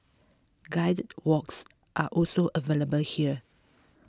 guided walks are also available here